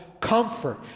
comfort